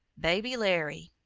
baby larry.